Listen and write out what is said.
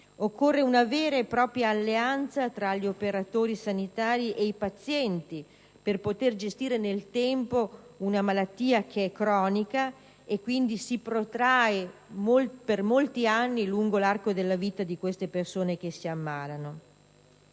occorre una vera e propria alleanza tra gli operatori sanitari e i pazienti per poter gestire nel tempo una malattia che è cronica e quindi si protrae per molti anni lungo l'arco della vita delle persone che si ammalano.